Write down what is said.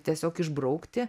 tiesiog išbraukti